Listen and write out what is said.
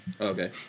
Okay